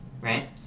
right